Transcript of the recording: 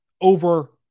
over